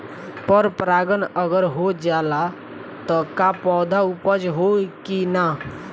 पर परागण अगर हो जाला त का पौधा उपज होई की ना?